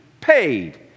paid